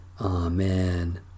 Amen